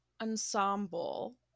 ensemble